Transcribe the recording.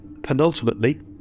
penultimately